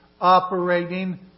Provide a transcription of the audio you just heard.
operating